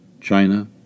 China